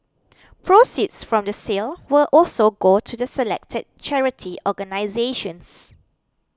proceeds from the sale will also go to the selected charity organisations